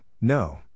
no